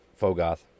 Fogoth